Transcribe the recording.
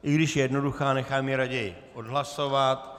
I když je jednoduchá, nechám ji raději odhlasovat.